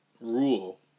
rule